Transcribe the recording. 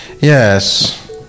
Yes